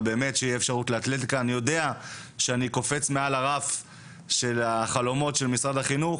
אני יודע שאני קופץ מעל הרף של החלומות של משרד החינוך,